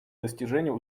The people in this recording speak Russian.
достижению